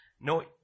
No